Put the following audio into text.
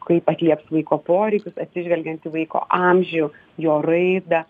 kaip atlieps vaiko poreikius atsižvelgiant į vaiko amžių jo raidą